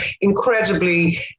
incredibly